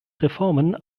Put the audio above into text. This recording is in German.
reformen